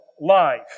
life